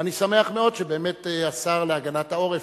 ואני שמח מאוד שהשר להגנת העורף,